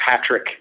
Patrick